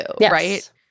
right